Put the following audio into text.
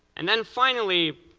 and then finally,